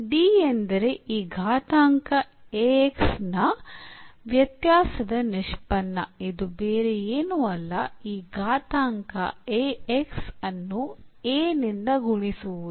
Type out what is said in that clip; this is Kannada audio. D ಎಂದರೆ ಈ eಘಾತಾಂಕ a x ನ ವ್ಯತ್ಯಾಸದ ನಿಷ್ಪನ್ನ ಇದು ಬೇರೇನೂ ಅಲ್ಲ eಘಾತಾಂಕ a x ಅನ್ನು a ಇಂದ ಗುಣಿಸುವುದು